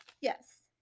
Yes